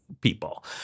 people—